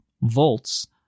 volts